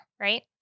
Right